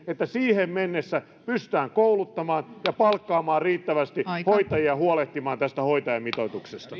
että siihen mennessä pystytään kouluttamaan ja palkkaamaan riittävästi hoitajia huolehtimaan tästä hoitajamitoituksesta